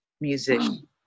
musician